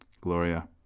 Gloria